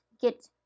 get